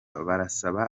barasaba